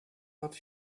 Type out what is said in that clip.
but